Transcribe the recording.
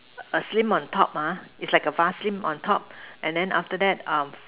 a slim on top ha is like a vase slim on top and then after that err